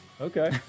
Okay